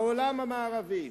העולם המערבי,